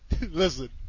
Listen